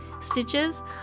stitches